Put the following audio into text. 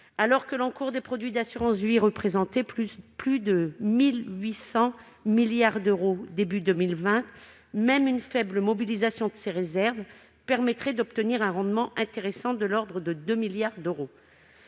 Alors que l'encours des produits d'assurance vie représentait plus de 1 800 milliards d'euros début 2020, même une faible mobilisation de ces réserves permettrait d'obtenir un rendement intéressant, de l'ordre de 2 milliards d'euros.